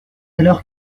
alors